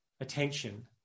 attention